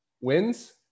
wins